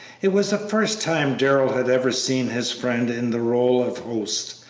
it was the first time darrell had ever seen his friend in the role of host,